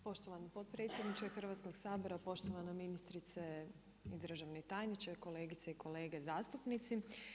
Poštovani potpredsjedniče Hrvatskog sabora, poštovana ministrice i državni tajniče, kolegice i kolege zastupnici.